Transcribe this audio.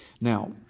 Now